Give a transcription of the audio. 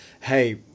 Hey